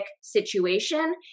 situation